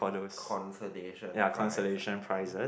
consolation prize ah